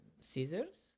scissors